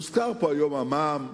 הוזכר פה היום המע"מ,